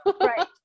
Right